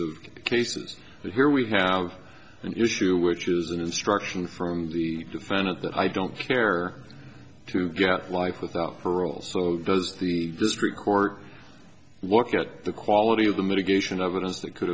of cases here we have an issue which is an instruction from the defendant that i don't care to get life without parole so does the district court look at the quality of the mitigation evidence that could